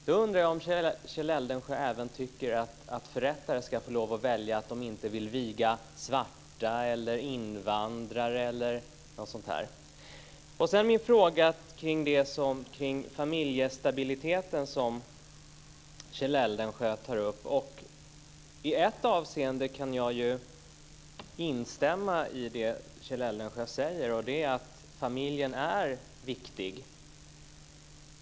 Då undrar jag om Kjell Eldensjö även tycker att förrättare ska få lov att välja att de inte vill viga svarta, invandrare osv. Sedan har jag en fråga kring familjestabiliteten som Kjell Eldensjö tar upp. I ett avseende kan jag instämma i det Kjell Eldensjö säger, och det är att familjen är viktig.